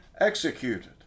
executed